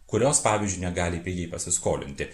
kurios pavyzdžiui negali pigiai pasiskolinti